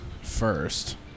first